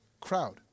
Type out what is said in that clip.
crowd